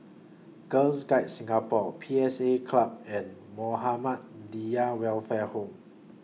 Girl Guides Singapore P S A Club and Muhammadiyah Welfare Home